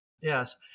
Yes